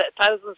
thousands